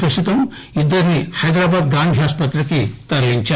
ప్రస్తుతం ఇద్దరిని హైదరాబాద్ గాంధీ ఆసుపత్రికి తరలించారు